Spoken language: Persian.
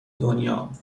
دنیام